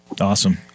awesome